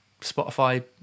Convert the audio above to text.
Spotify